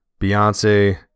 Beyonce